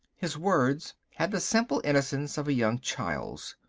his words had the simple innocence of a young child's.